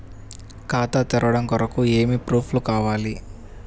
ఖాతా తెరవడం కొరకు ఏమి ప్రూఫ్లు కావాలి?